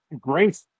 great